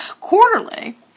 Quarterly